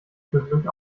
zwischendurch